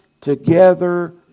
Together